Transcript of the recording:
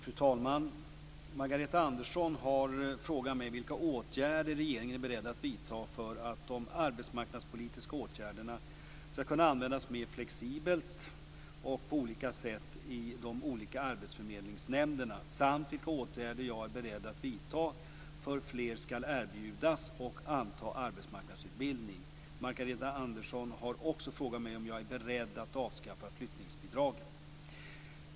Fru talman! Margareta Andersson har frågat mig vilka åtgärder regeringen är beredd att vidta för att de arbetsmarknadspolitiska åtgärderna skall kunna användas mer flexibelt och på olika sätt i de olika arbetsförmedlingsnämnderna samt vilka åtgärder jag är beredd att vidta för att fler skall erbjudas och anta arbetsmarknadsutbildning. Margareta Andersson har också frågat mig om jag är beredd att avskaffa flyttningsbidragen.